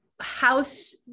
house